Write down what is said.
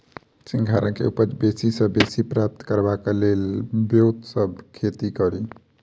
सिंघाड़ा केँ उपज बेसी सऽ बेसी प्राप्त करबाक लेल केँ ब्योंत सऽ खेती कड़ी?